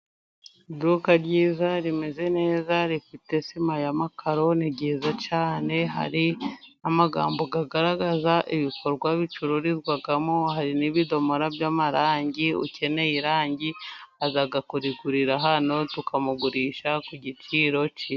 Iduka ryiza rimeze neza rifite sima y'amakaro ni ryiza cyane, hari amagambo agaragaza ibikorwa bicururizwamo hari n'ibidomora by'amarangi ukeneye irangi aza kurigurira hano, tukamugurisha ku giciro cyiza.